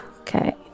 Okay